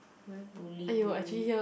where bully bully